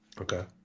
Okay